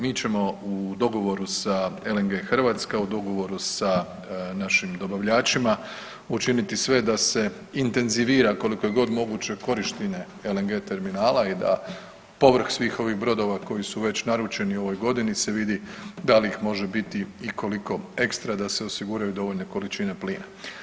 Mi ćemo u dogovoru sa LNG Hrvatska, u dogovoru sa našim dobavljačima učiniti sve da se intenzivira, koliko je god moguće korištenje LNG terminala i da povrh svih ovih brodova koji su već naručeni u ovoj godini, se vidi da li ih može biti i koliko ekstra, da se osiguraju dovoljne količine plina.